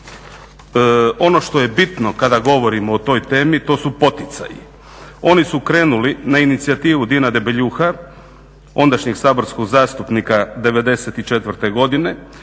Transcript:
ono što je bitno kada govorimo o toj temi to su poticaji. Oni su krenuli na inicijativu Dina Debeljuha, ondašnjeg saborskog zastupnika '94. godine,